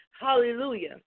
Hallelujah